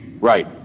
right